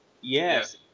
yes